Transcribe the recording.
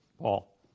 Paul